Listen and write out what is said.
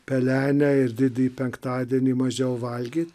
pelenę ir didįjį penktadienį mažiau valgyt